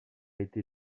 été